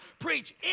preach